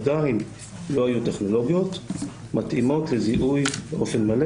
עדיין לא היו טכנולוגיות מתאימות לזיהוי באופן מלא